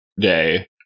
day